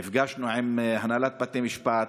נפגשנו עם הנהלת בתי המשפט,